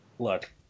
Look